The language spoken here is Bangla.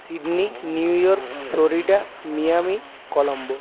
Sydney New York Florida Miami Colombo